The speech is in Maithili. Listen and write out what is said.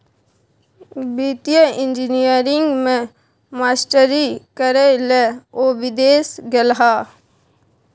वित्तीय इंजीनियरिंग मे मास्टरी करय लए ओ विदेश गेलाह